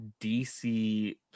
DC